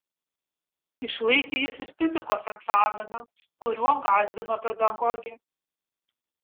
išlaikė jis ir fizikos egzaminą kuriuo gąsdino pedagogė